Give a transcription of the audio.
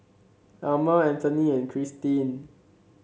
Elmer Anthony and Cristin